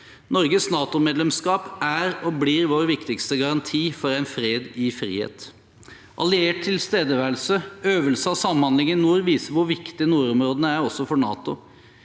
Norges NATO-medlemskap er og blir vår viktigste garanti for en fred i frihet. Alliert tilstedeværelse, øvelse og samhandling i nord viser hvor viktig nordområdene er også for NATO.